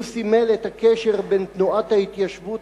הוא סימל את הקשר בין תנועת ההתיישבות